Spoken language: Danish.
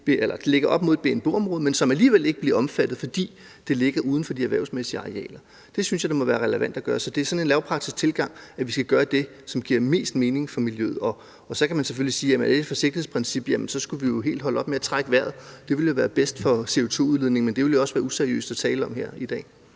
dag ligger op mod et BNBO-område, men som alligevel ikke bliver omfattet, fordi de ligger uden for de erhvervsmæssige arealer? Det synes jeg da må være relevant at gøre. Det er ud fra sådan en lavpraktisk tilgang, at vi skal gøre det, som giver mest mening for miljøet. Så kan man selvfølgelig spørge, om det er et forsigtighedsprincip. Jamen så skulle vi jo helt holde op med at trække vejret. Det ville være bedst i forhold til CO2-udledningen, men det ville jo også være useriøst at tale om her i dag.